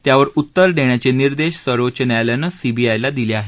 त्यावर उत्तर देण्याचे निर्देश सर्वोच्च न्यायालयानं सीबीआयला दिले आहेत